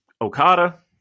Okada